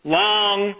long